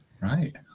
Right